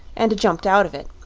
and jumped out of it,